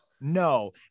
No